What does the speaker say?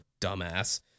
dumbass